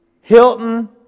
Hilton